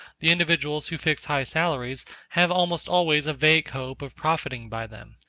the individuals who fix high salaries have almost always a vague hope of profiting by them.